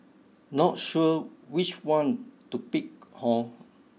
not sure which one to pick Hor